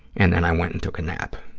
and then i went and took a nap,